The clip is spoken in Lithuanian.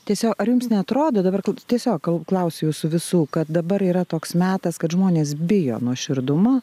tiesiog ar jums neatrodo dabar tiesiog klausiu jūsų visų kad dabar yra toks metas kad žmonės bijo nuoširdumo